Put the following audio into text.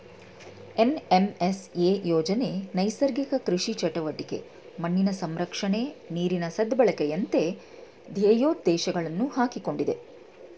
NMSA ಯೋಜನೆ ನೈಸರ್ಗಿಕ ಕೃಷಿ ಚಟುವಟಿಕೆ, ಮಣ್ಣಿನ ಸಂರಕ್ಷಣೆ, ನೀರಿನ ಸದ್ಬಳಕೆಯಂತ ಧ್ಯೇಯೋದ್ದೇಶಗಳನ್ನು ಹಾಕಿಕೊಂಡಿದೆ